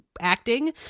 acting